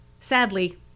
sadly